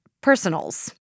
Personals